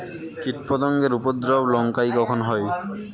কীটপতেঙ্গর উপদ্রব লঙ্কায় কখন হয়?